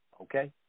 okay